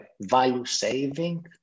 value-saving